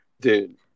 dude